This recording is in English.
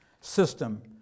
system